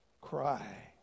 cry